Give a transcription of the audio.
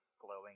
glowing